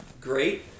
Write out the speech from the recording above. great